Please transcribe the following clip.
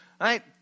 right